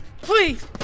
Please